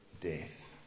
death